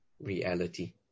reality